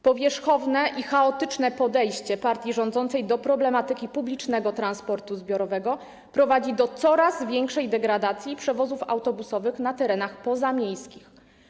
Powierzchowne i chaotyczne podejście partii rządzącej do problematyki publicznego transportu zbiorowego prowadzi do coraz większej degradacji przewozów autobusowych na terenach pozamiejskich.